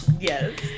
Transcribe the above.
Yes